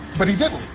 but he didn't.